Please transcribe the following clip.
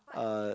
uh